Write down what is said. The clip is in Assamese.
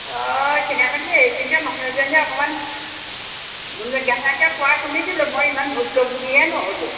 অঁ সেইদিনাখনি এইখিনিতে মানুহজনীয়ে অকণমান ঘুনুক ঘানাককৈ কোৱা শুনিছিলোঁ মই ইমান ভুক্তভোগীহে নহ'লোঁ